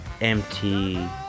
empty